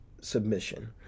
submission